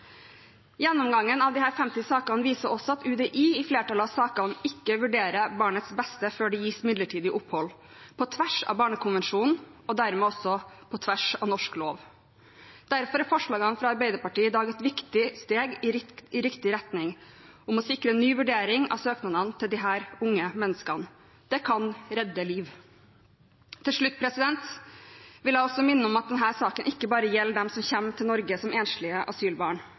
Gjennomgangen av disse 50 sakene viser også at UDI, i flertallet av sakene, ikke vurderer barnets beste før det gis midlertidig opphold, på tvers av barnekonvensjonen og dermed også på tvers av norsk lov. Derfor er forslagene fra Arbeiderpartiet i dag et viktig steg i riktig retning: å sikre ny vurdering av søknadene til disse unge menneskene. Det kan redde liv. Til slutt vil jeg også minne om at denne saken ikke bare gjelder dem som kommer til Norge som enslige asylbarn.